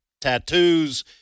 tattoos